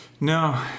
No